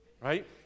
right